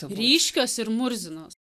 ryškios ir murzinos